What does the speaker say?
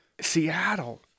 Seattle